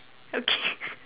okay